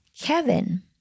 Kevin